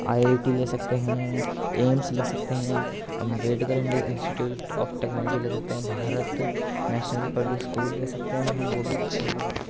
I I T لے سکتے ہیں ایمس لے سکتے ہیں امبیڈکر انسٹیٹیوٹ آف ٹیکنالوجی لے سکتے ہیں بھارت نیشنل پبلک اسکول لے سكتے ہیں ہم وہ بھی اچّھے ہیں